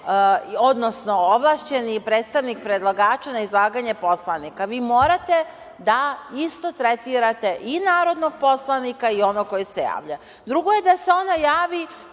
odnosno ovlašćeni predstavnik predlagača na izlaganje poslanika, vi morate da isto tretirate i narodnog poslanika i onog koji se javlja. Drugo je da se ona javi,